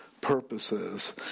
purposes